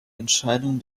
entscheidungen